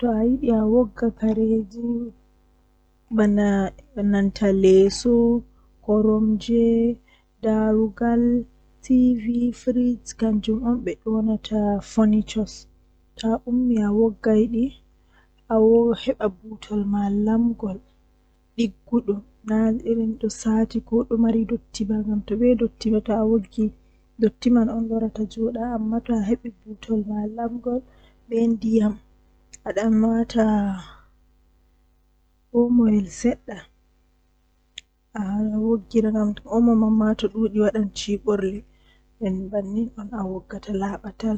Ko ɗum woodani ngal njogorde o woodi fota waawugol ndimaagu, ko nde a naatude e semmbugol ɗi njarɗi kadi ngal konngol Ngal njogorde woodi heɓre ɓuri naatugol haɓugol heɓe, kono kadi ɓe njogirɗi goɗɗum waɗi neɗɗo ka semmbugol Aɗa waawi ɗum ɓuri njiggita ka haɓugol ko njogoree e nde ɓamɗe kadi heɓe heɓre. Kono ngal konngol woodani kaɓe goongɗi, ɗum njikataaɗo haɓugol ngoodi e laawol ngol.